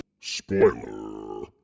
Spoiler